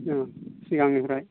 औ सिगांनिफ्राय